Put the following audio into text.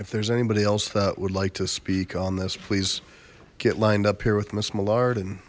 if there's anybody else that would like to speak on this please get lined up here with